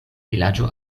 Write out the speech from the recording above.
vilaĝo